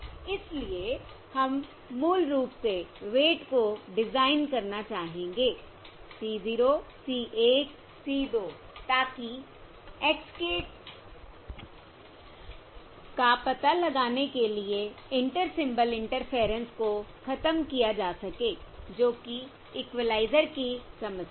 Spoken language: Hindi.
इसलिए हम मूल रूप से वेट को डिजाइन करना चाहेंगे C 0 C 1 C 2 ताकि x k का पता लगाने के लिए इंटर सिंबल इंटरफेयरेंस को खत्म किया जा सके जो कि इक्विलाइजर की समस्या है